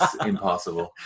impossible